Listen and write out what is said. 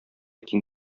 киң